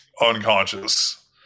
unconscious